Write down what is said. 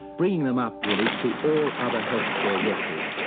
bringing them up really to all other health care workers.